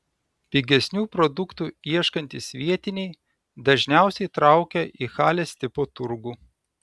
pigesnių produktų ieškantys vietiniai dažniausiai traukia į halės tipo turgų